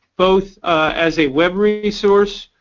both as a web resource,